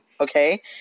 Okay